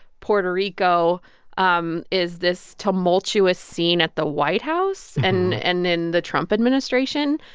puerto rico um is this tumultuous scene at the white house and and in the trump administration.